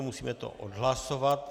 Musíme to odhlasovat.